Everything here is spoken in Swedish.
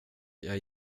jag